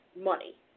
money